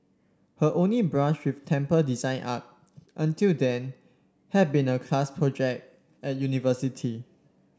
her only brush with temple design up until then had been a class project at university